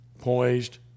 Poised